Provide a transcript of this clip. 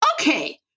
okay